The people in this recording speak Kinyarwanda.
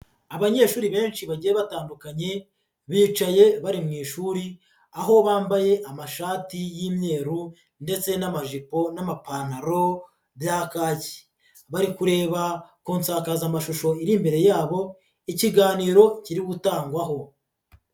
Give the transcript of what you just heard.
Abanyeshuri benshi bagiye batandukanye, bicaye bari mu ishuri, aho bambaye amashati y'imyeru ndetse n'amajipo n'amapantaro bya kaki, bari kureba ku nsakazamashusho iri imbere yabo, ikiganiro kiri gutangwaho.